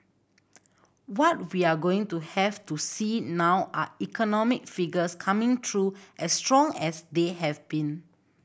what we're going to have to see now are economic figures coming through as strong as they have been